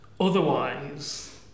Otherwise